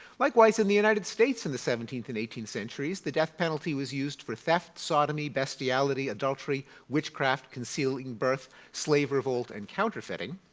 likewise in the united states in the seventeenth and eighteenth centuries the death penalty was used for theft, sodomy, bestiality, adultery, witchcraft concealing birth, slave revolt and counterfeiting.